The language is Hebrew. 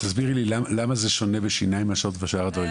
תסבירי לי למה זה שונה בשיניים מאשר בשאר הדברים.